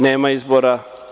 Nema izbora.